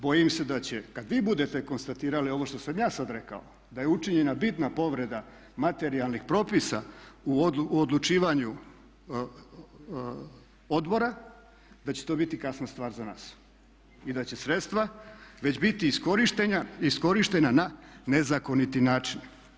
Bojim se da će kada vi budete konstatirali ovo što sam ja sada rekao da je učinjena bitna povreda materijalnih propisa u odlučivanju odbora, da će to biti kasna stvar za nas i da će sredstva već biti iskorištena na nezakoniti način.